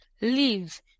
leave